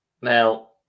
Now